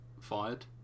fired